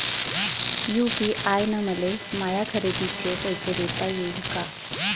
UPI न मले माया खरेदीचे पैसे देता येईन का?